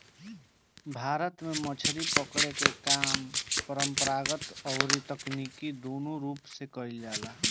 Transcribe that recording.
भारत में मछरी पकड़े के काम परंपरागत अउरी तकनीकी दूनो रूप से कईल जाला